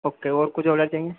okay और कुछ order चाहिए